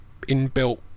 inbuilt